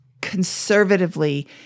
conservatively